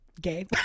Gay